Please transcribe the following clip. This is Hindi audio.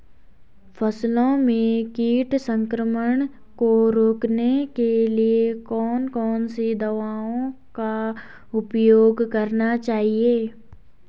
फसलों में कीट संक्रमण को रोकने के लिए कौन कौन सी दवाओं का उपयोग करना चाहिए?